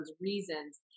reasons